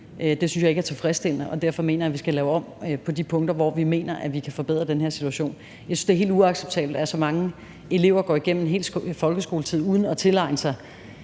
Det synes jeg ikke er tilfredsstillende, og derfor mener jeg, at vi skal lave om på de punkter, hvor vi mener at vi kan forbedre den her situation. Jeg synes, det er helt uacceptabelt, at så mange elever går igennem hele deres folkeskoletid uden at tilegne sig